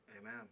Amen